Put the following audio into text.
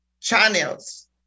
channels